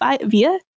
via